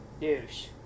douche